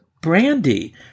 Brandy